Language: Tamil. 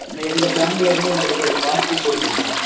எங்கள் பேங்க்லர்ந்து உங்களுக்கு ஒரு பாஸ் புக் கொடுத்துருப்போம்